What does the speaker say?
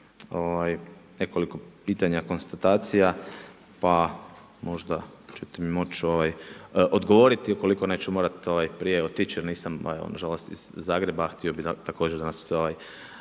nekoliko pitanja, konstatacija pa možda ćete mi moći odgovoriti, ukoliko ne, morat ću prije otić jer nisam iz Zagreba, a htio bih također pogledati